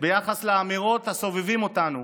ביחס לאמירות הסובבים אותנו.